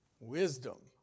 Wisdom